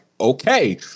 okay